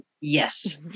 Yes